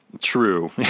True